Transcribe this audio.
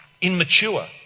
immature